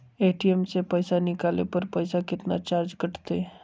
ATM से पईसा निकाले पर पईसा केतना चार्ज कटतई?